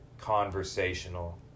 conversational